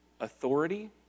Authority